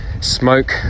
smoke